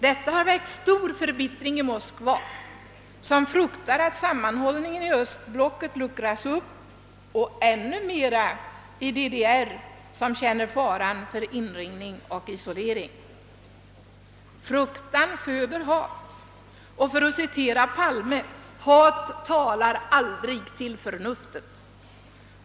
Detta har väckt stor förbittring i Moskva, som fruktar att sammanhållningen i östblocket skall luckras upp, och ännu mer i DDR, som känner faran för inringning och isolering. Fruktan föder hat och — för att citera Palme: »Hat talar aldrig till förnuftet«.